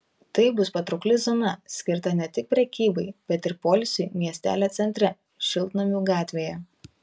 tai bus patraukli zona skirta ne tik prekybai bet ir poilsiui miestelio centre šiltnamių gatvėje